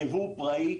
הייבוא פראי,